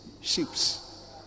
ships